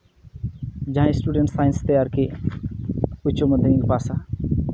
ᱡᱟᱦᱟᱸᱭ student science ᱛᱮ ᱟᱨᱠᱤ ᱩᱪᱪᱚ ᱢᱟᱫᱽᱫᱷᱚᱢᱤᱠᱮ ᱯᱟᱥᱼᱟ